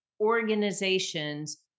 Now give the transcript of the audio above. organizations